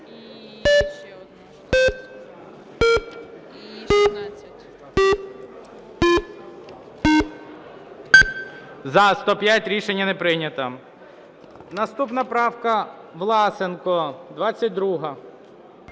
За-175 Рішення не прийнято. Наступна правка Власенка